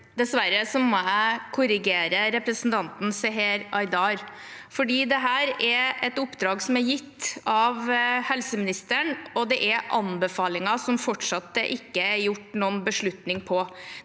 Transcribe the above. Dessverre må jeg korrigere representanten Seher Aydar, for dette er et oppdrag som er gitt av helseministeren, og det er anbefalinger som det fortsatt ikke er tatt noen beslutning på.